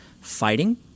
fighting